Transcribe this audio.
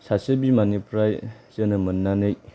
सासे बिमानिफ्राय जोनोम मोननानै